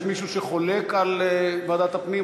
יש מישהו שחולק על ועדת הפנים,